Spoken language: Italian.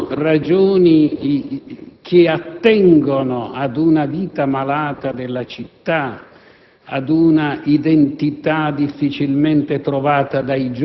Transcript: Quindi, vi sono ragioni che attengono ad una vita malata della città,